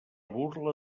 burla